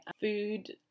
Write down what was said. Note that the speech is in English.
food